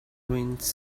ruins